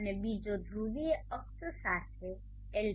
અને બીજો ધ્રુવીય અક્ષ સાથે LP